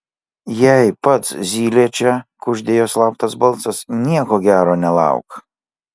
jei pats zylė čia kuždėjo slaptas balsas nieko gero nelauk